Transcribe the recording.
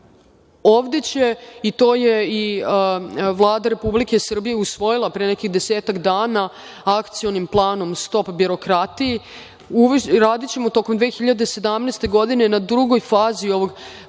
će, i to je Vlada Republike Srbije usvojila pre nekih desetak dana Akcionim planom „Stop birokratiji“, radićemo tokom 2017. godine na drugoj fazi ovog fantastičnog